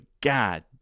god